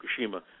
Fukushima